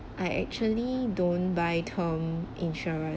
I actually don't buy term insurance